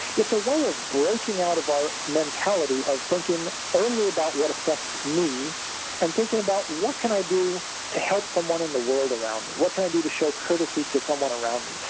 it's a way of breaking out of our mentality of thinking only about what affects me and thinking about what can i do to help someone in the world around me, what can i do to show courtesy to someone around me,